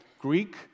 Greek